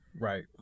right